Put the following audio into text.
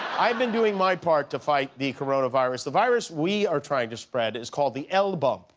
i've been doing my part to fight the coronavirus. the virus we are trying to spread is called the elbump.